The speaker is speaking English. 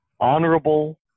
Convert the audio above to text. honorable